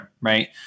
right